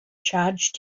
charged